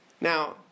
Now